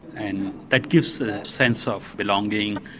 and that gives the sense of belonging.